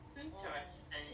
Interesting